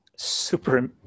super